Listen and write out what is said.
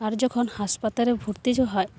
ᱟᱨ ᱡᱚᱠᱷᱚᱱ ᱦᱟᱥᱯᱟᱛᱟᱞ ᱨᱮ ᱵᱷᱚᱨᱛᱤ ᱡᱚᱠᱷᱮᱡ